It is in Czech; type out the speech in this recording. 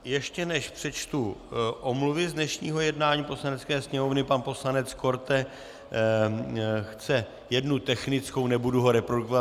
Ještě než přečtu omluvy z dnešního jednání Poslanecké sněmovny, pan poslanec Korte chce jednu technickou, nebudu ho reprodukovat.